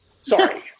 Sorry